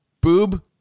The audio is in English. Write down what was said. Boob